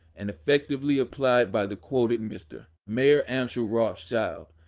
and effectively applied by the quoted and mr. mayer amschel rothschild.